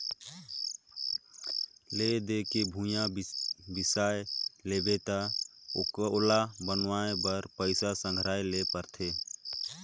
ले दे के भूंइया बिसा लेबे त ओला बनवाए बर पइसा संघराये ले लागथे